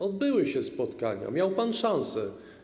Odbyły się spotkania, miał pan szansę.